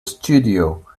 studio